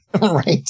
Right